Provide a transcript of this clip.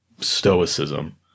stoicism